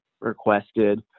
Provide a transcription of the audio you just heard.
requested